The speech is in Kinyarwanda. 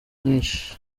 nyinshi